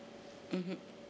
mmhmm